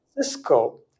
Cisco